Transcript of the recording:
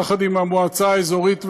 יחד עם המועצה האזורית והיישובים.